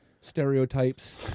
stereotypes